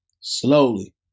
slowly